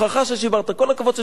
כל הכבוד ששברת את הלוחות.